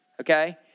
Okay